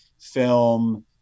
film